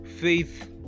faith